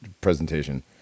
presentation